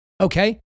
okay